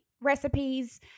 recipes